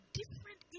different